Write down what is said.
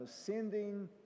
ascending